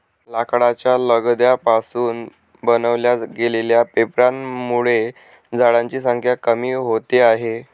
लाकडाच्या लगद्या पासून बनवल्या गेलेल्या पेपरांमुळे झाडांची संख्या कमी होते आहे